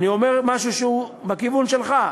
אני אומר משהו שהוא בכיוון שלך.